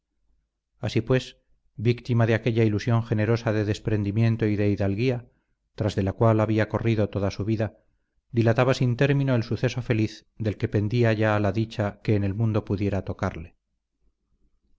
así pues víctima de aquella ilusión generosa de desprendimiento y de hidalguía tras de la cual había corrido toda su vida dilataba sin término el suceso feliz del que pendía ya la dicha que en el mundo pudiera tocarle